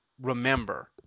remember